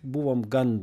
buvom gan